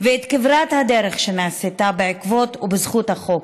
ואת כברת הדרך שנעשתה בעקבות ובזכות החוק,